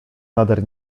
nader